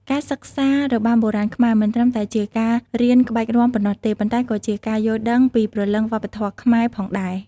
ការសិក្សារបាំបុរាណខ្មែរ មិនត្រឹមតែជាការរៀនក្បាច់រាំប៉ុណ្ណោះទេ ប៉ុន្តែក៏ជាការយល់ដឹងពីព្រលឹងវប្បធម៌ខ្មែរផងដែរ។